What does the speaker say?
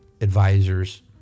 advisors